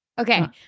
Okay